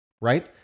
right